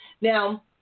Now